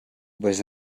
was